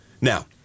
Now